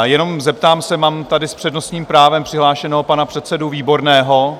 Jenom se zeptám, mám tady s přednostním právem přihlášeného pana předsedu Výborného?